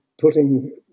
putting